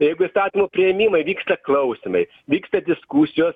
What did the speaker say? jeigu įstatymų priėmimai vyksta klausymai vyksta diskusijos